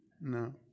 No